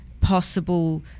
possible